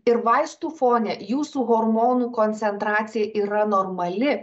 ir vaistų fone jūsų hormonų koncentracija yra normali